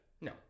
No